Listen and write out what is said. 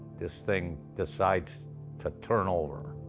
this thing decides to turn over.